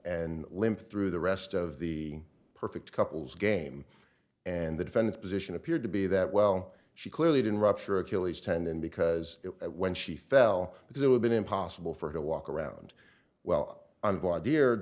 and limp through the rest of the perfect couples game and the defense position appeared to be that well she clearly didn't rupture achilles tendon because when she fell because it would been impossible for to walk around well on blood dear